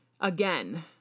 Again